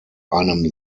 einem